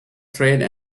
trade